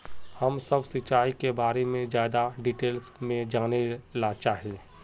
हम सब सिंचाई के बारे में ज्यादा डिटेल्स में जाने ला चाहे?